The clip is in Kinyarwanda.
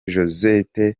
josette